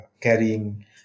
carrying